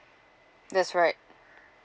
that's right